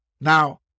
Now